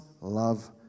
love